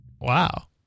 Wow